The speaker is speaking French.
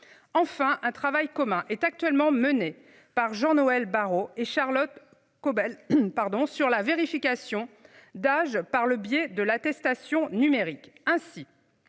Enfin un travail commun est actuellement menée par Jean-Noël Barrot et Charlotte Caubel pardon sur la vérification d'âge par le biais de l'attestation numérique